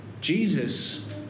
Jesus